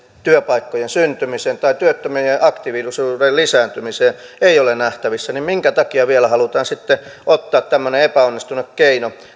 työpaikkojen syntymiseen tai työttömien aktiivisuuden lisääntymiseen ei ole nähtävissä niin minkä takia vielä halutaan sitten ottaa tämmöinen epäonnistunut keino